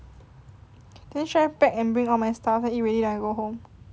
then should I pack and bring all my stuff then eat already then I go home